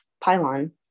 pylon